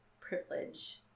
privilege